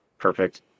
perfect